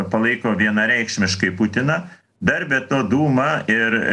palaiko vienareikšmiškai putiną dar be to dūma ir